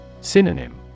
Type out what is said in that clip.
Synonym